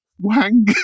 Wang